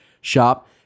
shop